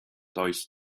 does